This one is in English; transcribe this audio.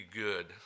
good